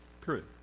Period